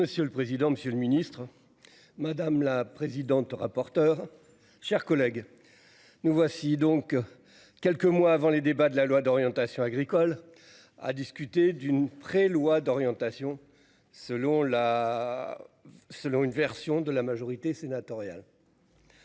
Monsieur le président, Monsieur le Ministre. Madame la présidente, rapporteur, chers collègues. Nous voici donc quelques mois avant les débats de la loi d'orientation agricole à discuter d'une pré- loi d'orientation selon la. Selon une version de la majorité sénatoriale.